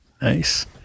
nice